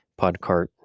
podcart